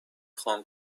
خوام